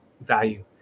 value